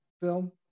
film